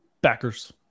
Backers